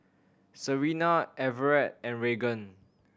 Serina Everette and Raegan